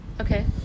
Okay